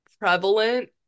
prevalent